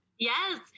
Yes